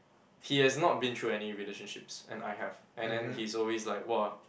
he has not been through any relationships and I have and then he's always like !wah!